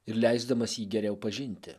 ir leisdamas jį geriau pažinti